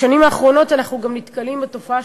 בשנים האחרונות אנחנו גם נתקלים בתופעה